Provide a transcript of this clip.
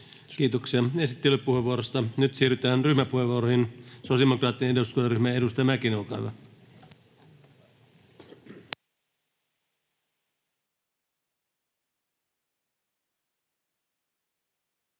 Kiitoksia esittelypuheenvuorosta. — Nyt siirrytään ryhmäpuheenvuoroihin. — Sosiaalidemokraattien eduskuntaryhmä, edustaja Mäkinen, olkaa hyvä.